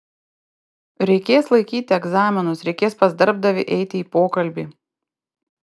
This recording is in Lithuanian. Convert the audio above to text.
reikės laikyti egzaminus reikės pas darbdavį eiti į pokalbį